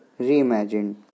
reimagined